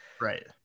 Right